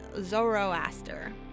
Zoroaster